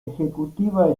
ejecutiva